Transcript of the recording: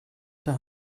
der